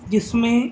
جس میں